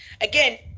again